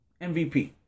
MVP